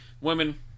women